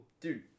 Dude